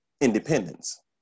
independence